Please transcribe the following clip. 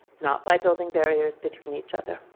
not by building barriers between each other.